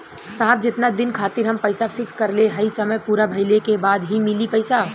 साहब जेतना दिन खातिर हम पैसा फिक्स करले हई समय पूरा भइले के बाद ही मिली पैसा?